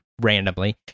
randomly